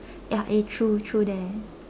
ya eh true true that